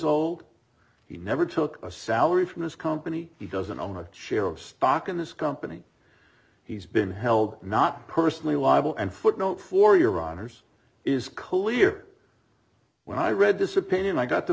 old he never took a salary from his company he doesn't own a share of stock in this company he's been held not personally liable and footnote for your honour's is colie year when i read this opinion i got t